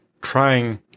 trying